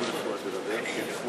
חבר הכנסת אראל מרגלית, תואיל לשבת.